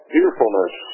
Fearfulness